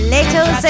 Little